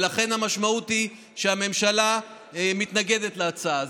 ולכן המשמעות היא שהממשלה מתנגדת להצעה.